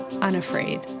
Unafraid